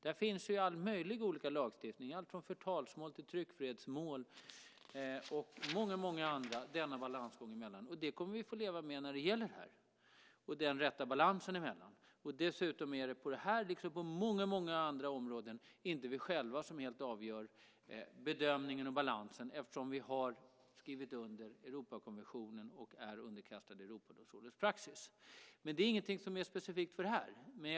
Denna balansgång finns i all möjlig lagstiftning när det gäller alltifrån förtalsmål till tryckfrihetmål och många, många andra mål. Det kommer vi att få leva med här när det gäller att hitta den rätta balansen. Dessutom är det på det här området, liksom på många andra områden, inte vi själva som helt avgör bedömningen och balansen, eftersom vi har skrivit under Europakonventionen och är underkastade Europadomstolens praxis. Men det är ingenting som är specifikt för det här.